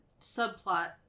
subplot